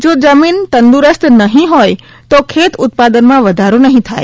જો જમીન તંદુરસ્ત નહી હોય તો ખેત ઉત્પાદનમાં વધારો નહી થાય